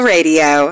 Radio